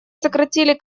сократили